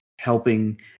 helping